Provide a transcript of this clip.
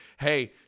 hey